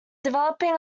developing